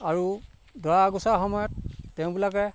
আৰু দৰা আগচা সময়ত তেওঁবিলাকে